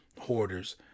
Hoarders